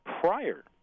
prior